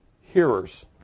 hearers